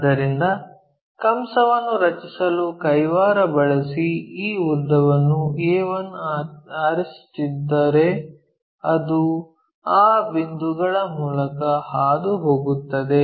ಆದ್ದರಿಂದ ಕಂಸವನ್ನು ರಚಿಸಲು ಕೈವಾರ ಬಳಸಿ ಈ ಉದ್ದವನ್ನು a1 ಆರಿಸುತ್ತಿದ್ದರೆ ಅದು ಆ ಬಿಂದುಗಳ ಮೂಲಕ ಹಾದು ಹೋಗುತ್ತದೆ